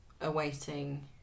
awaiting